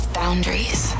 boundaries